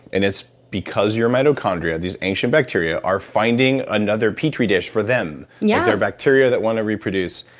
and it's because your mitochondria, these ancient bacteria, are finding another petri dish for them yeah they're bacteria that want to reproduce.